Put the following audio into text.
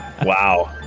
Wow